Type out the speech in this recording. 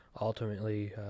ultimately